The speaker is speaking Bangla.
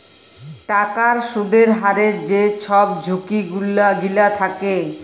টাকার সুদের হারের যে ছব ঝুঁকি গিলা থ্যাকে